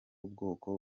bwoko